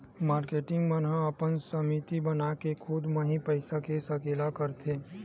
marketing मन ह अपन समिति बनाके खुद म ही पइसा के सकेला करथे